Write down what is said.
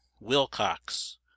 Wilcox